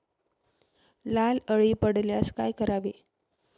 लाल अळी पडल्यास काय करावे?